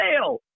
sale